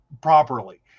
Properly